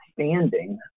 standing